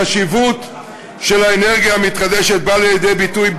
החשיבות של האנרגיה המתחדשת באה לידי ביטוי,